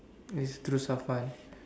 it's through Safwan